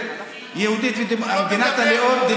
זו מדינה יהודית ודמוקרטית.